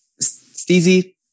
Steezy